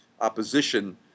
opposition